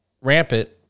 rampant